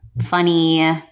funny